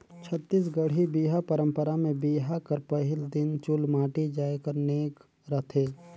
छत्तीसगढ़ी बिहा पंरपरा मे बिहा कर पहिल दिन चुलमाटी जाए कर नेग रहथे